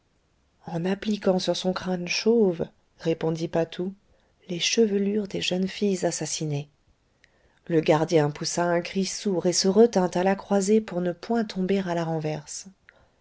en appliquant sur son crâne chauve répondit patou les chevelures des jeunes filles assassinées le gardien poussa un cri sourd et se retint à la croisée pour ne point tomber à la renverse